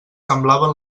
semblaven